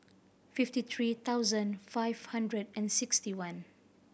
fifty three thousand five hundred and sixty one